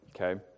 okay